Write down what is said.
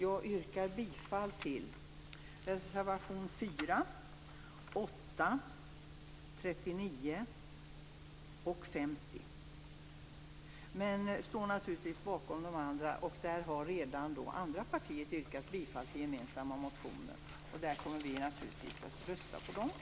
Jag yrkar bifall till reservationerna 4, 8, 39 och 50, men jag står naturligtvis också bakom de andra. Andra partier har redan yrkat bifall till gemensamma reservationer, och vi kommer naturligtvis att rösta för dem.